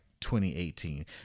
2018